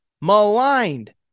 maligned